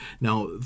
Now